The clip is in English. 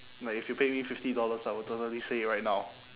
like if you pay me fifty dollars I will totally say it right now